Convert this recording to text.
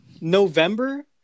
November